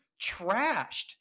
trashed